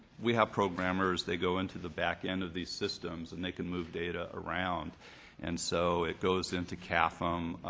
we have programmers. they go into the back end of these systems and they can move data around and so it goes into cafm.